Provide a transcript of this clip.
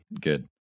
Good